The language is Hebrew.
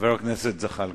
חבר הכנסת זחאלקה,